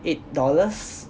eight dollars